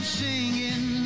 singing